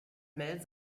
mel